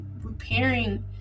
repairing